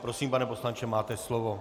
Prosím, pane poslanče, máte slovo.